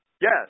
Yes